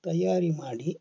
ತಯಾರಿ ಮಾಡಿ